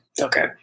Okay